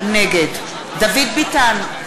נגד דוד ביטן,